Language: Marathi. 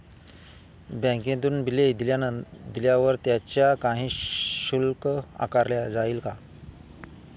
बँकेतून बिले दिल्यावर त्याच्यावर काही शुल्क आकारले जाईल का?